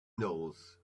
knows